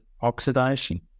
oxidation